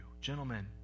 Gentlemen